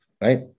Right